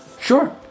sure